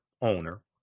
owner